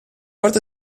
parte